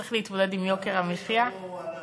צריך להתמודד עם יוקר המחיה לפני שבוע הוא עלה